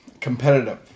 Competitive